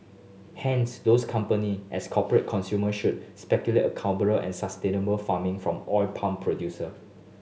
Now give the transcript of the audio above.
hence those company as corporate consumers should stipulate accountable and sustainable farming from oil palm producer